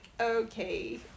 okay